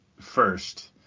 first